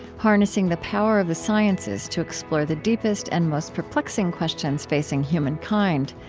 harnessing the power of the sciences to explore the deepest and most perplexing questions facing human kind.